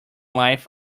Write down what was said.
life